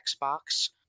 Xbox